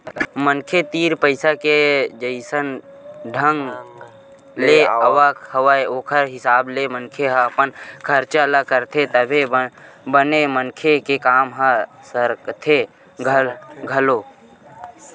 मनखे तीर पइसा के जइसन ढंग ले आवक हवय ओखर हिसाब ले मनखे ह अपन खरचा ल करथे तभे बने मनखे के काम ह सरकथे घलोक